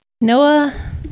Noah